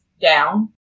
down